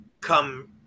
come